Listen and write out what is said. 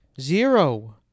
Zero